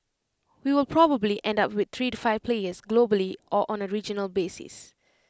we will probably end up with three to five players globally or on A regional basis